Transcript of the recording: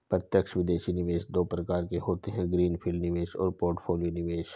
प्रत्यक्ष विदेशी निवेश दो प्रकार के होते है ग्रीन फील्ड निवेश और पोर्टफोलियो निवेश